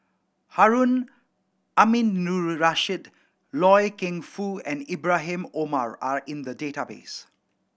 Harun Aminurrashid Loy Keng Foo and Ibrahim Omar are in the database